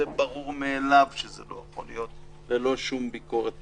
זה ברור מאליו שזה לא יכול להיות ללא שום ביקורת פרלמנטרית.